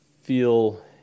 feel